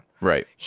Right